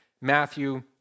Matthew